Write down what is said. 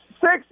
Six